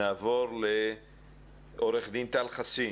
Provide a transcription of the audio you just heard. נעבור לעו"ד טל חסין,